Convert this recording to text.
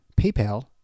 PayPal